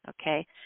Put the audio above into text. Okay